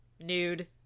Nude